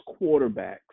quarterbacks